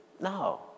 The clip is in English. No